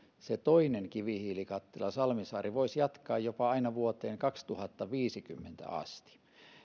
se toinen kivihiilikattila salmisaari voisi jatkaa jopa aina vuoteen kaksituhattaviisikymmentä asti